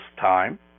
time